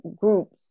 groups